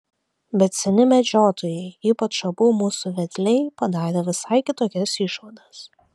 bet seni medžiotojai ypač abu mūsų vedliai padarė visai kitokias išvadas